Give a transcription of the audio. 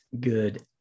good